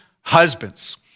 husbands